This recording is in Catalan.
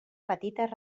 petites